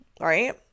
right